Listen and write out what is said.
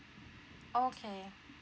okay